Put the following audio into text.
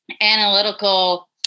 analytical